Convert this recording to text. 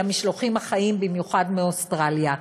של המשלוחים החיים, במיוחד מאוסטרליה.